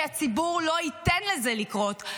כי הציבור לא ייתן לזה לקרות,